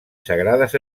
sagrades